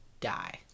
die